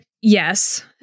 Yes